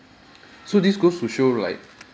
so this goes to show right